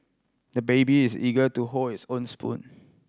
the baby is eager to hold his own spoon